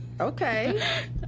okay